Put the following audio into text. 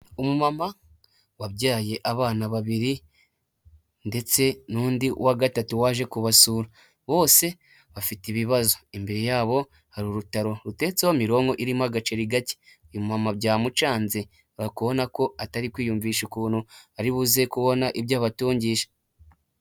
Umumama wabyaye abana babiri ndetse n'undi wa gatatu waje kubasura, bose bafite ibibazo, imbere yabo hari urutaro rutetseho mironko irimo agaceri gake, uyu mumama byamucanze, ari kubona ko atari kwiyumvisha ukuntu ari buzeze kubona ibyo abatungisha.